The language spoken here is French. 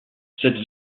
cette